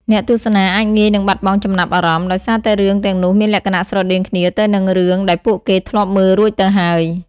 អ្នកទស្សនាអាចងាយនឹងបាត់បង់ចំណាប់អារម្មណ៍ ដោយសារតែរឿងទាំងនោះមានលក្ខណៈស្រដៀងគ្នាទៅនឹងរឿងដែលពួកគេធ្លាប់មើលរួចទៅហើយ។